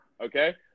okay